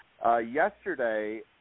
Yesterday